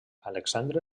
alexandre